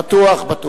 בטוח, בטוח.